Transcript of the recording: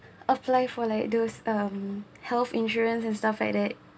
apply for like those um health insurance and stuff like that